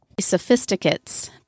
Sophisticates